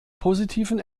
positiven